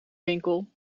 winkel